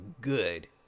good